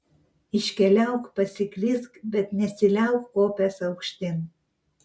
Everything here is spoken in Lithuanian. iškeliauk pasiklysk bet nesiliauk kopęs aukštyn